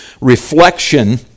reflection